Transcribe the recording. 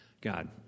God